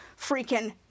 freaking